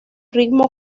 ritmo